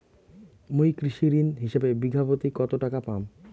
মুই কৃষি ঋণ হিসাবে বিঘা প্রতি কতো টাকা পাম?